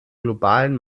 globalen